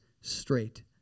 straight